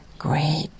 great